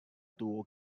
tuvo